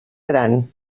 gran